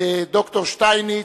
ד"ר שטייניץ,